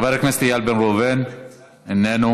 חבר הכנסת איל בן ראובן, איננו,